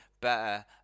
better